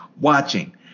watching